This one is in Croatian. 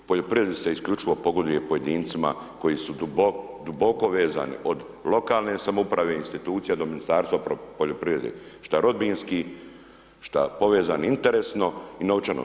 Poljoprivredi se isključivo pogoduje pojedincima koji su duboko vezni od lokalne samouprave, institucija do Ministarstva poljoprivrede šta rodbinski, šta povezani interesno i novčano.